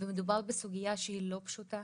ומדובר בסוגיה שהיא לא פשוטה,